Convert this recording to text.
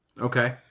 Okay